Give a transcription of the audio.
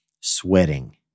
sweating